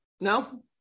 No